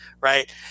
right